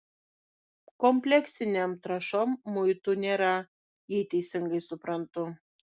kompleksinėm trąšom muitų nėra jei teisingai suprantu